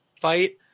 fight